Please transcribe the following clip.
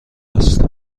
است